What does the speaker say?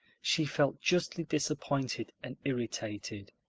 she felt justly disappointed and irritated.